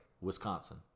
Wisconsin